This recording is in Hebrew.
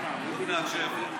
עוד מעט שבע.